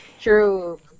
True